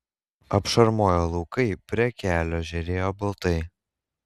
apšarmoję laukai prie kelio žėrėjo baltai